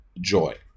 joy